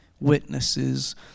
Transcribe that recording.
witnesses